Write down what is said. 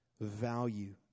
value